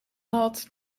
gehad